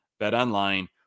BetOnline